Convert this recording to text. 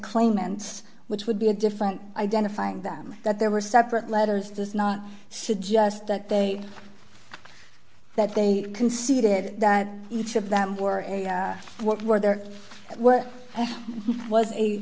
claimants which would be a different identifying them that there were separate letters does not suggest that they that they conceded that each of them were area what w